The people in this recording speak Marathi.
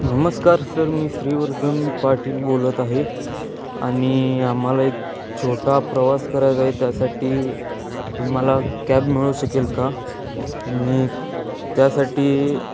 नमस्कार सर मी श्रीवर्धन पाटील बोलत आहे आणि आम्हाला एक छोटा प्रवास करायचा आहे त्यासाठी आम्हाला कॅब मिळू शकेल का मी त्यासाठी